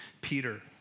Peter